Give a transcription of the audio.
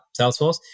Salesforce